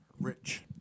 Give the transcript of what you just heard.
Rich